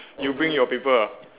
you bring your paper ah